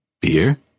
Beer